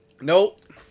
Nope